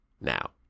now